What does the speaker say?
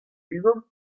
unan